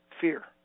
fear